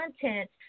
content